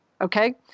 Okay